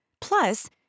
Plus